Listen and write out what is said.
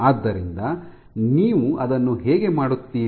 ಆದ್ದರಿಂದ ನೀವು ಅದನ್ನು ಹೇಗೆ ಮಾಡುತ್ತೀರಿ